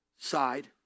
side